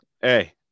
hey